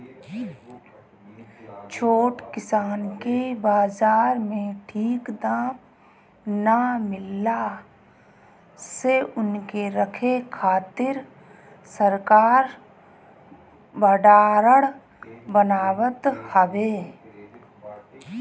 छोट किसान के बाजार में ठीक दाम ना मिलला से उनके रखे खातिर सरकार भडारण बनावत हवे